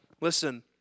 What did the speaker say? Listen